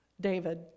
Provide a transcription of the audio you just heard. David